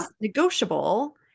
negotiable